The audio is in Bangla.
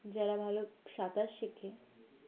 যারা ভালো সাঁতার শেখে